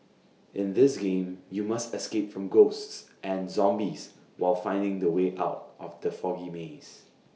in this game you must escape from ghosts and zombies while finding the way out of the foggy maze